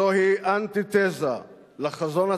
זוהי אנטיתזה לחזון הציוני,